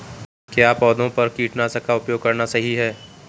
क्या पौधों पर कीटनाशक का उपयोग करना सही है?